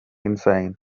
insane